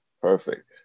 perfect